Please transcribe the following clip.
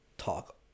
Talk